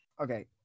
okay